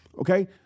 okay